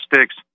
sticks